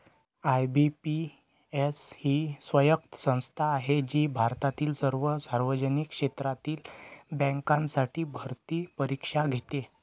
IBPS ही स्वायत्त संस्था आहे जी भारतातील सर्व सार्वजनिक क्षेत्रातील बँकांसाठी भरती परीक्षा घेते